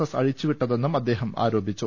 S അഴിച്ചുവിട്ടതെന്നും അദ്ദേഹം ആരോപിച്ചു